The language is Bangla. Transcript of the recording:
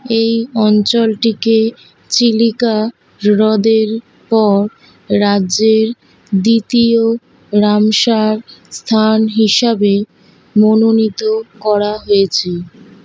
এই অঞ্চলটিকে চিলিকা হ্রদের পর রাজ্যের দ্বিতীয় রামসার স্থান হিসাবে মনোনীত করা হয়েছে